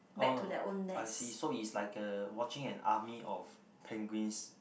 oh I see so it's like a watching an army of penguins